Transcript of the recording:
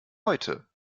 heute